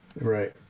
Right